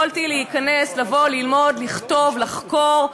יכולתי להיכנס, לבוא, ללמוד, לכתוב, לחקור,